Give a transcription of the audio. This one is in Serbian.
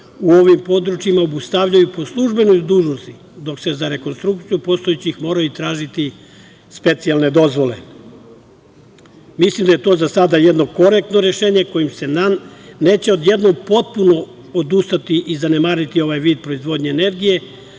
u ovim područjima obustavljaju po službenoj dužnosti, dok se za rekonstrukciju postojećih mora tražiti specijalne dozvole. Mislim da je to za sada jedno korektno rešenje kojim se neće odjednom potpuno odustati i zanemariti ovaj vid proizvodnje energije,